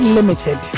Limited